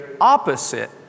opposite